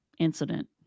incident